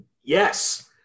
Yes